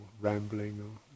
rambling